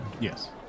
Yes